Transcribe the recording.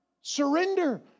Surrender